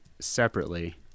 separately